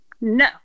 No